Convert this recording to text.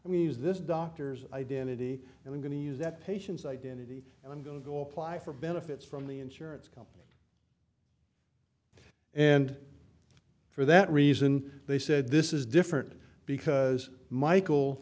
and we use this doctor's identity and i'm going to use that patient's identity and i'm going to go apply for benefits from the insurance company and for that reason they said this is different because michael